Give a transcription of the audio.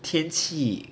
天气